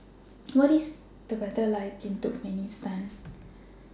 What IS The weather like in Turkmenistan